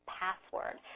password